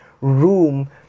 room